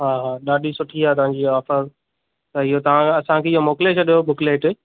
हा हा ॾाढी सुठी आहे तव्हांजी हीअ ऑफर त इहो तव्हां असांखे इहो मोकिले छॾियो बुकलेट